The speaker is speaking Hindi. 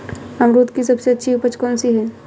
अमरूद की सबसे अच्छी उपज कौन सी है?